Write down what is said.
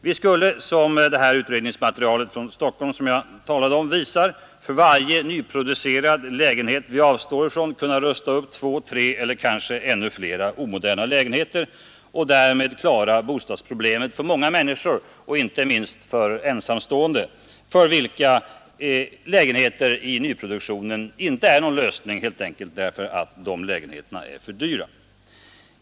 Vi skulle, som utredningsmaterialet från Stockholms stad visar, för varje nyproducerad lägenhet vi avstår ifrån kunna rusta upp två, tre eller kanske ännu fler omoderna lägenheter och därmed klara bostadsproblemet för många människor, inte minst för ensamstående, för vilka lägenheter i nyproduktionen inte är någon lösning, helt enkelt därför att de lägenheterna är för dyra.